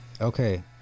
okay